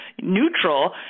neutral